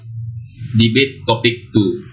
debate topic two